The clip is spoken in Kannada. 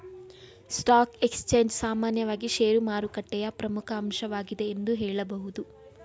ಸ್ಟಾಕ್ ಎಕ್ಸ್ಚೇಂಜ್ ಸಾಮಾನ್ಯವಾಗಿ ಶೇರುಮಾರುಕಟ್ಟೆಯ ಪ್ರಮುಖ ಅಂಶವಾಗಿದೆ ಎಂದು ಹೇಳಬಹುದು